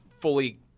fully